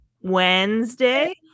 Wednesday